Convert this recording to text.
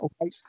Okay